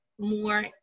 more